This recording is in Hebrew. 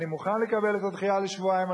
אני מוכן לקבל את הדחייה לשבועיים.